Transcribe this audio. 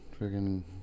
Friggin